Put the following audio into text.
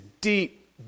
deep